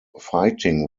fighting